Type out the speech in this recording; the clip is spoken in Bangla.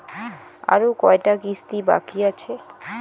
আরো কয়টা কিস্তি বাকি আছে?